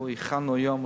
הכנו היום,